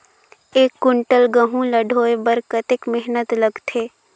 एक कुंटल गहूं ला ढोए बर कतेक मेहनत लगथे?